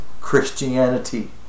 Christianity